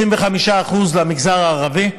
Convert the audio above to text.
25% למגזר הערבי,